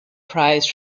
prize